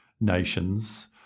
nations